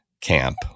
camp